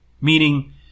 meaning